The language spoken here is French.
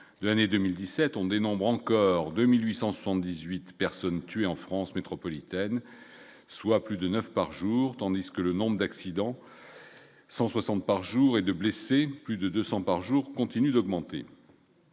de l'année 2017 on dénombre encore 2878 personnes tuées en France métropolitaine, soit plus de 9 par jour, tandis que le nombre d'accidents 160 par jour et 2 blessés, plus de 200 par jour continue d'augmenter.